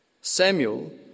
Samuel